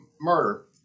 murder